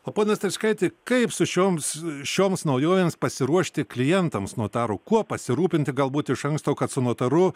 o pone strečkaiti kaip su šioms šioms naujovėms pasiruošti klientams notarų kuo pasirūpinti galbūt iš anksto kad su notaru